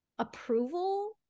approval